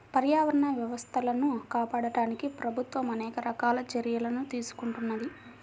పర్యావరణ వ్యవస్థలను కాపాడడానికి ప్రభుత్వం అనేక రకాల చర్యలను తీసుకుంటున్నది